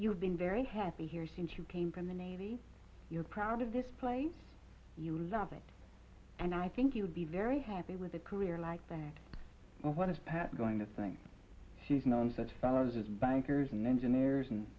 you've been very happy here since you came from the navy you're proud of this place you love it and i think you'll be very happy with a career like that what is pat going to think she's known such fellows as bankers and engineers and